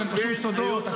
אין פה שום סודות.